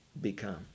become